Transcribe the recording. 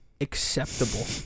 acceptable